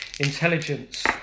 Intelligence